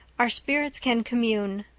our spirits can commune.